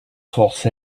forces